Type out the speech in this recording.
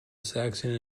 saxon